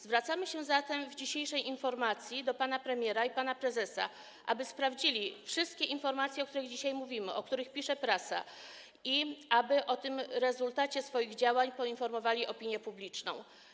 Zwracamy się zatem w trakcie dzisiejszej informacji do pana premiera i pana prezesa, aby sprawdzili wszystkie informacje, o których dzisiaj mówimy, o których pisze prasa, i aby o rezultacie swoich działań poinformowali opinię publiczną.